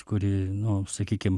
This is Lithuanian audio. kuri nu sakykim